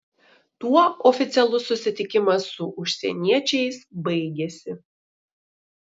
tuo oficialus susitikimas su užsieniečiais baigėsi